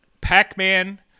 Pac-Man